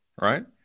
right